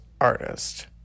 artist